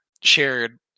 Shared